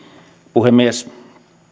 puhemies